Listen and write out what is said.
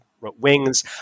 Wings